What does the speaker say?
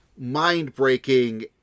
mind-breaking